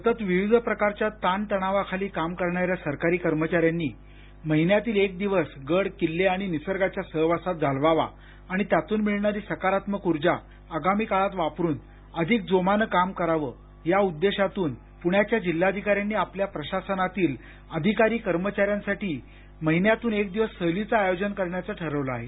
सतत विविध प्रकारच्या ताण तणावाखाली काम करणाऱ्या सरकारी कर्मचाऱ्यांनी महिन्यातील एक दिवस गड़ किल्ले आणि निसर्गाच्या सहवासात घालवावा आणि त्यातून मिळणारी सकारात्मक ऊर्जा आगामी काळात वापरून अधिक जोमानं काम करावं या उद्देशातून पुण्याच्या जिल्हाधिकाऱ्यांनी आपल्या प्रशासनातील अधिकारी कर्मचाऱ्यांसाठी महिन्यातून एक दिवस सहलीचं आयोजन करण्याचं ठरवलं आहे